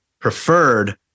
preferred